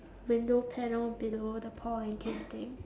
window panel below the paul and kim thing